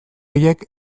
horiek